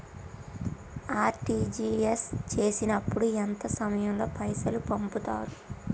RTGS చేసినప్పుడు ఎంత సమయం లో పైసలు పంపుతరు?